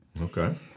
Okay